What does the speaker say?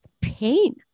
pain